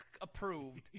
approved